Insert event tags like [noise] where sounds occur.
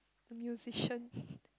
musician [laughs]